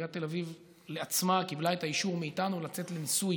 עיריית תל אביב קיבלה לעצמה את האישור מאיתנו לצאת לניסוי